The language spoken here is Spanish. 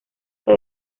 que